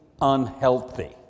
unhealthy